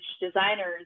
designers